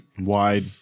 wide